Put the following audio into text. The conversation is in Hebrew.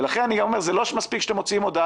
ולכן אני אומר: זה לא מספיק שאתם מוציאים הודעה